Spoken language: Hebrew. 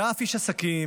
באף איש עסקים.